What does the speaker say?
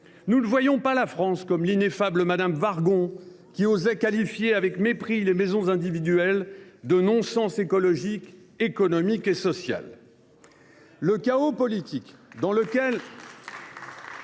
Nous ne voyons pas la France comme l’ineffable Mme Wargon, qui osait qualifier avec mépris les maisons individuelles de « non sens écologique, économique et social ». Le chaos politique dans lequel